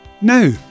No